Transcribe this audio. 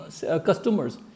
customers